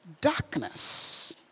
darkness